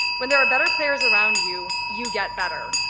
when there are better players around you, you get better.